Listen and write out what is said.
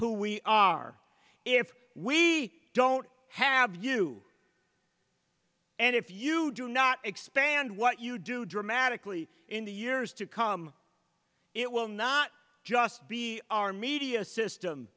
who we are if we don't have you and if you do not expand what you do dramatically in the years to come it will not just be our media system